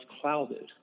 clouded